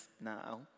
now